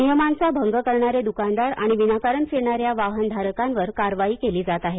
नियमांचा भंग करणारे दृकानदार आणि विनाकारण फिरणाऱ्या वाहनधारकांवर कारवाई केली जात आहे